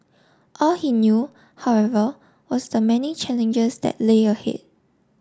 all he knew however was the many challenges that lay ahead